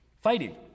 fighting